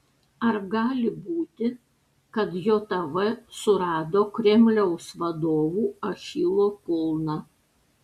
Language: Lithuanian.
ar gali būti kad jav surado kremliaus vadovų achilo kulną